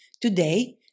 Today